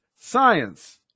Science